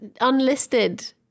unlisted